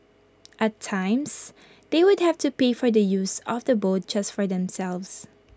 at times they would have to pay for the use of the boat just for themselves